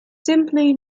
simply